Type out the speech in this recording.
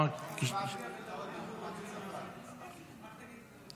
--- הצבעתי בטעות במקום של מטי צרפתי הרכבי.